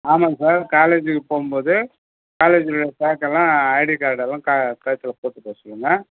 ஆமாங்க சார் காலேஜுக்கு போகும்போது காலேஜில் ஸ்டாஃப்பெல்லாம் எல்லாம் ஐடி கார்டெல்லாம் கழுத்தில் போட்டு போக சொல்லுங்கள்